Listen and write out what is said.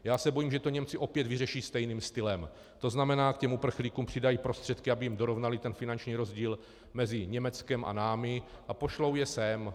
Já se bojím, že to Němci opět vyřeší stejným stylem, to znamená uprchlíkům přidají prostředky, aby jim dorovnali finanční rozdíl mezi Německem a námi, a pošlou je sem.